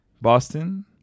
Boston